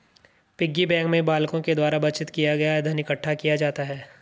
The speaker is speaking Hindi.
पिग्गी बैंक में बालकों के द्वारा बचत किया गया धन इकट्ठा किया जाता है